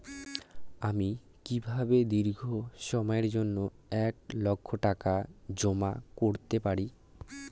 আমি কিভাবে দীর্ঘ সময়ের জন্য এক লাখ টাকা জমা করতে পারি?